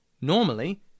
Normally